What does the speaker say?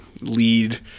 lead